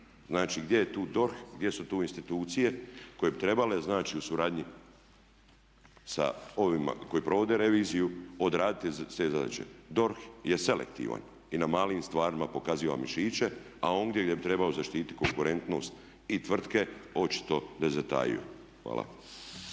Znači gdje je tu DORH, gdje su tu institucije koje bi trebale znači u suradnji sa ovima koji provode reviziju odraditi sve zadaće. DORH je selektivan i na malim stvarima pokazuje mišiće a ondje gdje bi trebao zaštiti konkurentnost i tvrtke očito da je zatajio. Hvala.